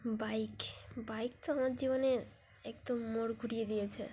bike bike তো আমার জীবনে একদম মোড় ঘুরিয়ে দিয়েছে